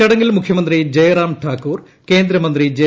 ചടങ്ങിൽ മുഖ്യമന്ത്രി ജയ്റാം ഠാക്കൂർ കേന്ദ്രമന്ത്രി ജെ